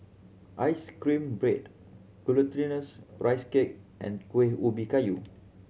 ice cream bread Glutinous Rice Cake and Kuih Ubi Kayu